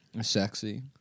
sexy